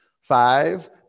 Five